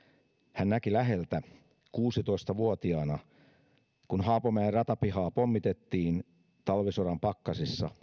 hän näki kuusitoista vuotiaana kun haapamäen ratapihaa pommitettiin talvisodan pakkasissa